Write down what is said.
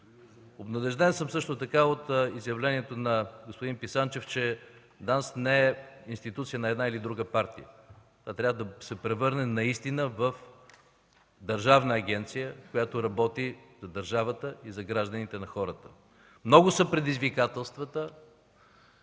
Обнадежден съм също така от изявлението на господин Писанчев, че ДАНС не е институция на една или друга партия. Това трябва да се превърне наистина в държавна агенция, която работи за държавата и за хората. Много са предизвикателствата.